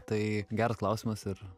tai geras klausimas ir